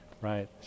right